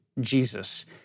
Jesus